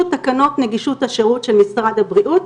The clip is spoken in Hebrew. תקנות נגישות השירות של משרד הבריאות,